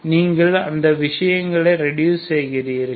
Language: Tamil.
நீங்கள் அந்தக் ஈக்குவேஷனை ரெடியூஸ் செய்கிறீர்கள்